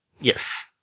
Yes